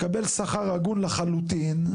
מקבל שכר הגון לחלוטין.